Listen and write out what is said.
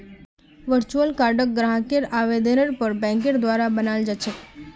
virtual कार्डक ग्राहकेर आवेदनेर पर बैंकेर द्वारा बनाल जा छेक